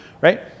right